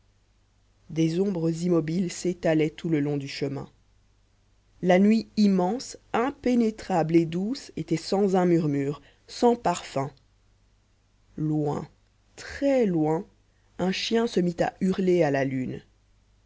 des ombres immobiles s'étalaient tout le long du chemin la nuit immense impénétrable et douce était sans un murmure sans parfum loin très loin un chien se mit à hurler à la lune